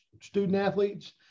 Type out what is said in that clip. student-athletes